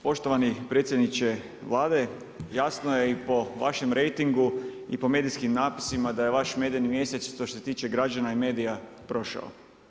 Poštovani predsjedniče Vlade, jasno je i po vašem rejtingu i po medijskim napisima da je vaš medeni mjesec što se tiče građana i medija prošao.